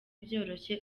byoroshye